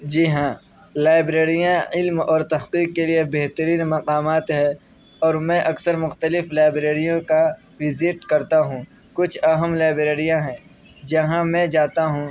جی ہاں لائبریریاں علم اور تحقیق کے لیے بہترین مقامات ہے اور میں اکثر مختلف لائبریریوں کا وزٹ کرتا ہوں کچھ اہم لائبریریاں ہیں جہاں میں جاتا ہوں